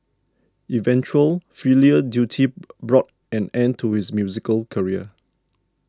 eventual filial duty brought an end to his musical career